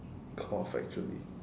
cough actually